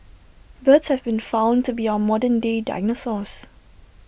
birds have been found to be our modern day dinosaurs